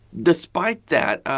despite that,